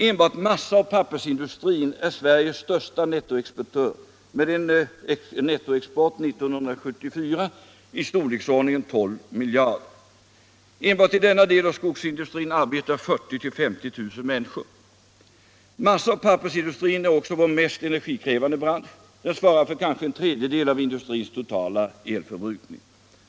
Enbart massaoch pappersindustrin-är Sveriges största nettoexportör med en nettoexport 1974 av storleksordningen 12 miljarder. Enbart i denna del av skogsindustrin arbetar 40 000-50 000 människor. Massaoch pappersindustrin är också vår mest energikrävande bransch — den svarar för kanske en tredjedel av industrins totala elförbrukning.